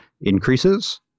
increases